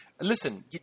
Listen